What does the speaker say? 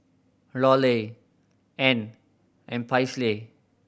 Lorelai Ann and Paisley